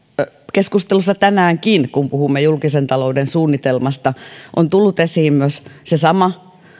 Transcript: keskustelussa tänäänkin kun puhumme julkisen talouden suunnitelmasta on tullut esiin myös se sama